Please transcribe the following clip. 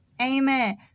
Amen